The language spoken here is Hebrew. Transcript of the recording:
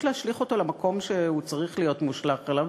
להשליך אותו למקום שהוא צריך להיות מושלך אליו,